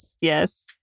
yes